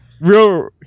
Real